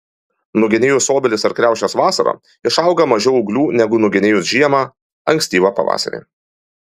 nugenėjus obelis ar kriaušes vasarą išauga mažiau ūglių negu nugenėjus žiemą ankstyvą pavasarį